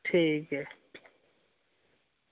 ठीक ऐ